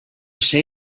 say